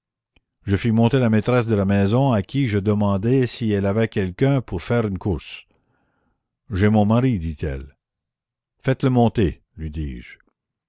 je fis monter la maîtresse de la maison à qui je demandai si elle avait quelqu'un pour faire une course j'ai mon mari dit-elle faites-le monter lui dis-je